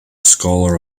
scholar